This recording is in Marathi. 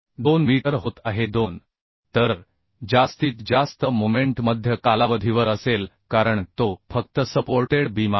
2मीटर होत आहे 2 तर जास्तीत जास्त मोमेंट मध्य कालावधीवर असेल कारण तो फक्त सपोर्टेड बीम आहे